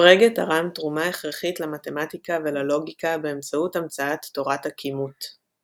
פרגה תרם תרומה הכרחית למתמטיקה וללוגיקה באמצעות המצאת תורת הכימות.